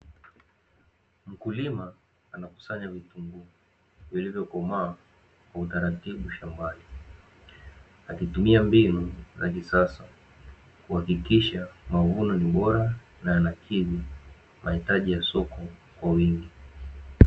Mkulima anakusanya vitunguu vilivyo komaa kwa utaratibu shambani, akitumia mbinu za kisasa kuhakikisha mavuno ni bora na yanakidhi mahitaji ya soko kwa wingi.